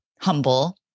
humble